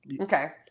okay